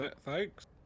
thanks